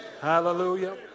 Hallelujah